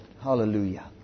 Hallelujah